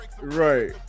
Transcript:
Right